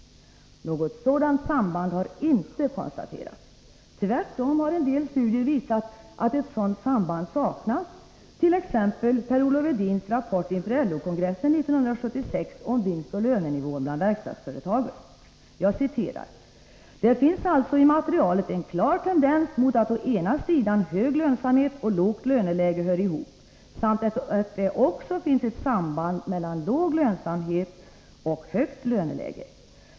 Något sådant samband har inte konstaterats. Tvärtom har en del studier visat att ett sådant samband saknas, t.ex. Per-Olof Edins rapport inför LO-kongressen 1976 om vinstoch lönenivån bland verkstadsföretagen. Jag citerar ur den: ”Det finns alltså i materialet en klar tendens mot att å ena sidan hög lönsamhet och lågt löneläge hör ihop samt att det också finns ett samband mellan låg lönsamhet och högt löneläge.